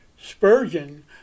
Spurgeon